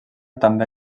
també